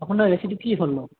আপোনাৰ গাখীৰটো কি হ'লনো